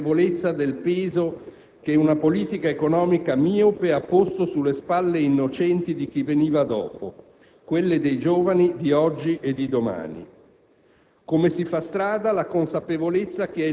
di aver fatto finalmente crescere la consapevolezza del peso che una politica economica miope ha posto sulle spalle innocenti di chi veniva dopo, quelle dei giovani di oggi e di domani.